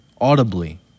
Audibly